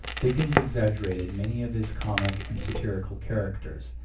dickens exaggerated many of his comic and satirical characters,